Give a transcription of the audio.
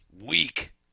weak